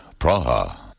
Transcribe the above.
Praha